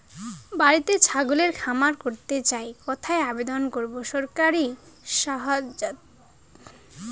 বাতিতেই ছাগলের খামার করতে চাই কোথায় আবেদন করব সরকারি সহায়তার জন্য?